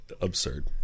Absurd